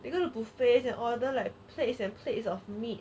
they're gonna buffets and order like plates and plates of meat